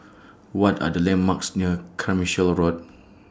What Are The landmarks near Carmichael Road